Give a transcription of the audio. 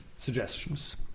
suggestions